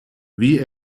wie